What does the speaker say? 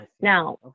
Now